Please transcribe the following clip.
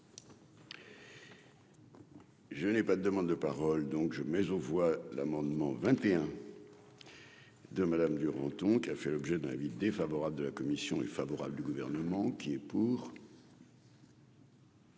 Je n'ai pas de demandes de parole donc je mais aux voix l'amendement 21. De madame Duranton, qui a fait l'objet d'un avis défavorable de la commission est favorable du gouvernement qui est pour.